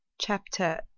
Chapter